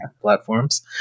platforms